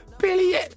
Billy